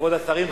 כבוד השרים,